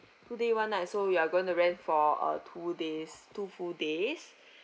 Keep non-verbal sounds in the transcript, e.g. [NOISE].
two day one night so you are going to rent for uh two days two full days [BREATH]